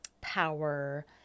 power